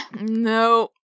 No